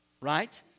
right